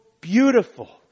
beautiful